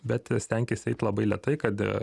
bet stenkis eit labai lėtai kad